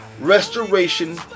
restoration